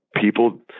people